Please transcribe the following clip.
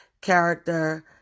character